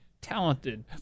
talented